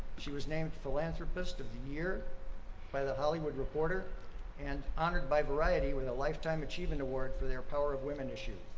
she was named philanthropist of the year by the hollywood reporter and honored by variety with a lifetime achievement award for their power of women issue.